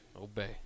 Obey